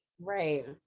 Right